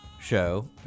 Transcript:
show